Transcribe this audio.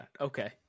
okay